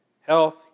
health